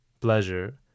Pleasure